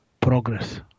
progress